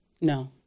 No